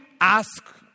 Ask